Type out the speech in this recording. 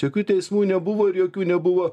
jokių teismų nebuvo ir jokių nebuvo